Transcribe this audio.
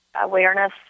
awareness